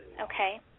Okay